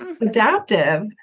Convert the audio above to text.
adaptive